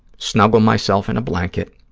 snuggle myself in a blanket,